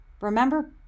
Remember